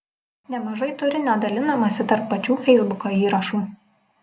nemažai turinio dalinamasi tarp pačių feisbuko įrašų